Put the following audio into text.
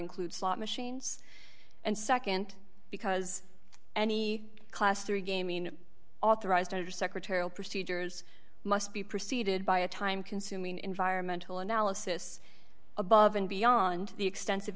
include slot machines and nd because any class three game in authorized or secretarial procedures must be preceded by a time consuming environmental analysis above and beyond the extensive